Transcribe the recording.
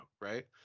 right